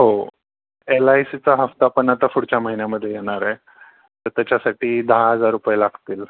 हो एल आय सीचा हफ्तापण आता पुढच्या महिन्यामध्ये येणार आहे तर त्याच्यासाठी दहा हजार रुपये लागतील